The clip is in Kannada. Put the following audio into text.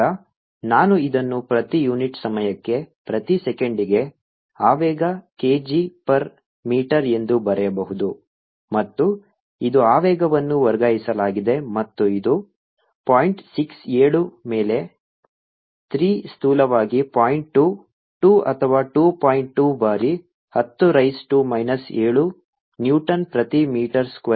ಈಗ ನಾನು ಇದನ್ನು ಪ್ರತಿ ಯೂನಿಟ್ ಸಮಯಕ್ಕೆ ಪ್ರತಿ ಸೆಕೆಂಡಿಗೆ ಆವೇಗ k g ಪರ್ ಮೀಟರ್ ಎಂದು ಬರೆಯಬಹುದು ಮತ್ತು ಇದು ಆವೇಗವನ್ನು ವರ್ಗಾಯಿಸಲಾಗಿದೆ ಮತ್ತು ಇದು ಪಾಯಿಂಟ್ 6 ಏಳು ಮೇಲೆ 3 ಸ್ಥೂಲವಾಗಿ ಪಾಯಿಂಟ್ 2 2 ಅಥವಾ 2 ಪಾಯಿಂಟ್ 2 ಬಾರಿ ಹತ್ತು ರೈಸ್ ಟು ಮೈನಸ್ ಏಳು ನ್ಯೂಟನ್ ಪ್ರತಿ ಮೀಟರ್ ಸ್ಕ್ವೇರ್ ಉತ್ತರವಾಗಿದೆ